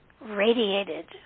radiated